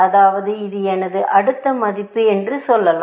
அதாவது இது எனது அடுத்த மதிப்பு என்று சொல்லலாம்